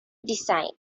design